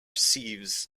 sieves